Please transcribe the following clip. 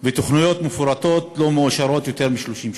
ותוכניות מפורטות לא מאושרות יותר מ-30 שנה.